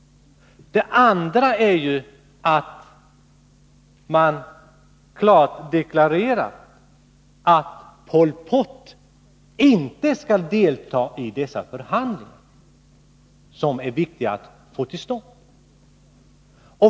Det andra är att man klart deklarerar att Pol Pot inte skall delta i dessa förhandlingar, som det är viktigt att få till stånd.